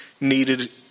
needed